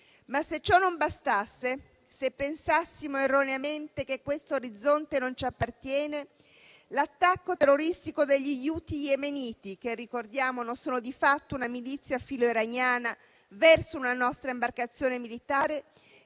Ma, se ciò non bastasse, se pensassimo erroneamente che questo orizzonte non ci appartiene, l'attacco terroristico degli Houthi yemeniti - che, ricordiamolo, sono di fatto una milizia filoiraniana - verso una nostra imbarcazione militare,